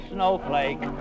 Snowflake